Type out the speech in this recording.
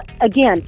again